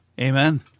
Amen